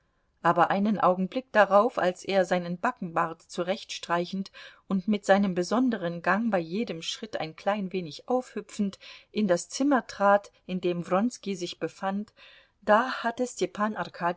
aber einen augenblick darauf als er seinen backenbart zurechtstreichend und mit seinem besonderen gang bei jedem schritt ein klein wenig aufhüpfend in das zimmer trat in dem wronski sich befand da hatte